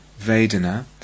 vedana